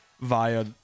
via